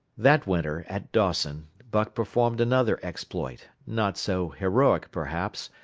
that winter, at dawson, buck performed another exploit, not so heroic, perhaps,